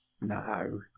No